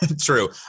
true